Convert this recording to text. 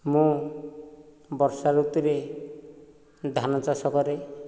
ମୁଁ ବର୍ଷା ଋତୁରେ ଧାନ ଚାଷ କରେ